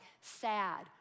sad